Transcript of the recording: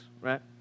right